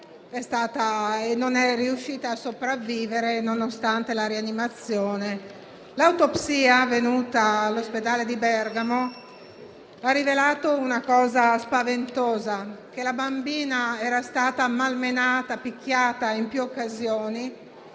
non è riuscita a sopravvivere nonostante la rianimazione. L'autopsia avvenuta all'ospedale di Bergamo, ha rivelato una cosa spaventosa: la bambina era stata malmenata e picchiata in più occasioni